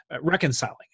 reconciling